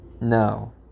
no